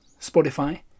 Spotify